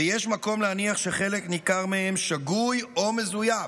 ויש מקום להניח שחלק ניכר מהם שגוי או מזויף.